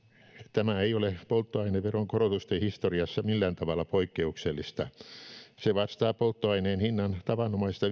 tämä ei ole polttoaineveron korotusten historiassa millään tavalla poikkeuksellista se vastaa polttoaineen hinnan tavanomaista